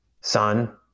son